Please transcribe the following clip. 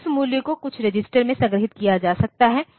तो उस मूल्य को कुछ रजिस्टर में संग्रहीत किया जा सकता है